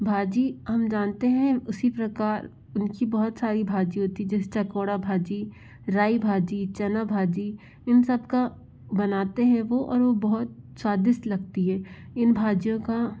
भाजी हम जानते हैं उसी प्रकार उनकी बहुत सारी भाजी होती है जैसे चकोड़ा भाजी राई भाजी चना भाजी इन सब को बनाते हैं वो और वो बहुत स्वादिष्ट लगती है इन भाजियों का